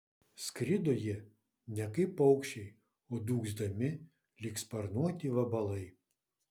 skrido jie ne kaip paukščiai o dūgzdami lyg sparnuoti vabalai